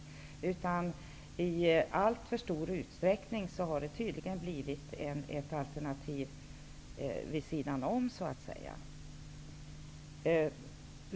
Den har i alltför stor utsträckning tydligen blivit ett alternativ vid sidan om så att säga.